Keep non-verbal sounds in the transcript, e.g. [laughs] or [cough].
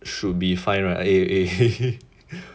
should be fine right eh eh [laughs]